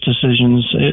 decisions